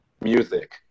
music